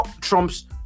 Trump's